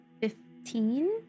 fifteen